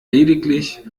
lediglich